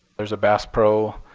there's a bass pro